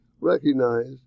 recognize